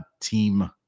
team